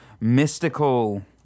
mystical